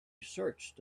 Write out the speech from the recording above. searched